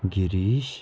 Girish